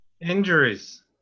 Injuries